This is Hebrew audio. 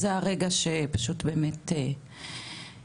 זה הרגע שפשוט באמת הבנתי,